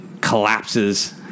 collapses